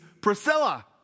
Priscilla